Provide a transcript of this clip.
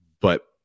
But-